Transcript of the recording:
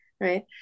right